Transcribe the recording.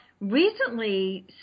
recently